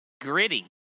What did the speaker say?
Gritty